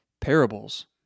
parables